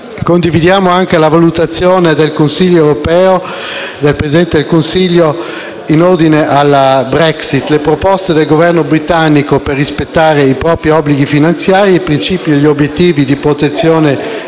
Condividiamo anche la valutazione del Presidente del Consiglio in ordine alla Brexit. Le proposte del Governo britannico per rispettare i propri obblighi finanziari e i principi e gli obiettivi di protezione dei